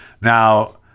Now